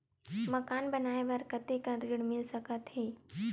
मकान बनाये बर कतेकन ऋण मिल सकथे?